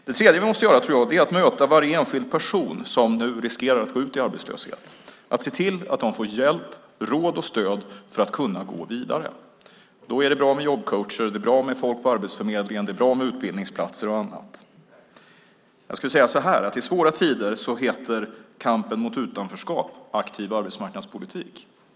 Det tredje vi måste göra är att möta varje enskild person som nu riskerar att gå ut i arbetslöshet. Vi måste se till att de får hjälp, råd och stöd för att kunna gå vidare. Då är det bra med jobbcoacher, det är bra med folk på Arbetsförmedlingen, det är bra med utbildningsplatser och annat. I svåra tider heter kampen mot utanförskap aktiv arbetsmarknadspolitik.